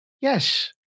yes